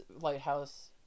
lighthouse